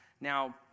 Now